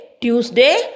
Tuesday